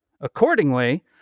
Accordingly